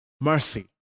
Mercy